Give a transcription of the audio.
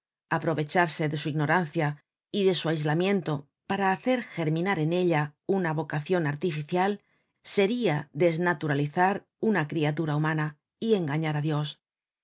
aprovecharse de su ignorancia y de su aislamiento para hacer germinar en ella una vocacion artificial seria desnaturalizar una criatura humana y engañar á dios y